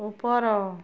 ଉପର